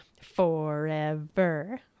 Forever